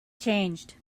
changed